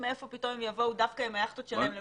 מאיפה הם יבואו דווקא עם היכטות שלהם לחדרה.